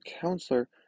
counselor